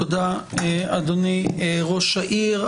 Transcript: תודה, אדוני ראש העיר.